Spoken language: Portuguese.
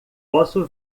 posso